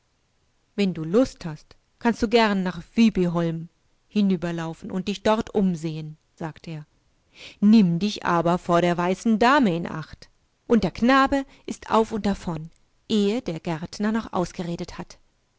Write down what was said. wenn du lust hast kannst du gern nach vibyholm hinüberlaufen und dich dortumsehen sagter nimmdichabervorderweißendameinacht und der knabe ist auf und davon ehe der gärtner noch ausgeredet hat